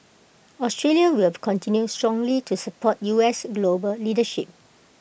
Australia will continue strongly to support U S global leadership